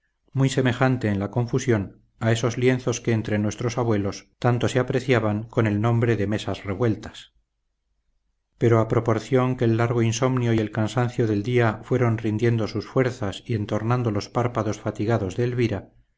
muy semejante en la confusión a esos lienzos que entre nuestros abuelos tanto se apreciaban con el nombre de mesas revueltas pero a proporción que el largo insomnio y el cansancio del día fueron rindiendo sus fuerzas y entornando los párpados fatigados de elvira